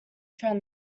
friends